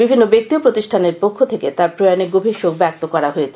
বিভিন্ন ব্যক্তি ও প্রতিষ্ঠানের পক্ষ থেকে তাঁর প্রয়াণে গভীর শোক ব্যক্ত করা হয়েছে